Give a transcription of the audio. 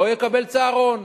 לא יקבל צהרון.